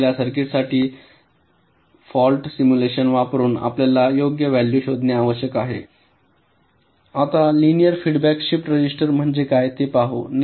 दिलेल्या सर्किटसाठी त फॉल्ट सिम्युलेशन वापरुन आपल्याला योग्य व्हॅल्यू शोधणे आवश्यक आहे आता लिनिअर फीडबॅक शिफ्ट रजिस्टर म्हणजे काय ते पाहू